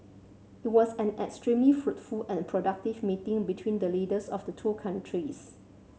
it was an extremely fruitful and productive meeting between the leaders of the two countries